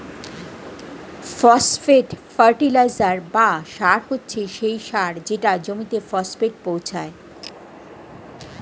phosphate fertiliser বা সার হচ্ছে সেই সার যেটা জমিতে ফসফেট পৌঁছায়